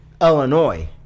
Illinois